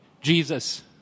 Jesus